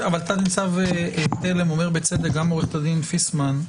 אבל תת-ניצב תלם אומר, בצדק, גם עורכת הדין פיסמן,